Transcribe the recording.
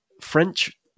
French